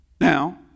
Now